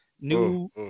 new